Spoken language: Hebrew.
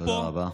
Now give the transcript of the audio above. תודה רבה.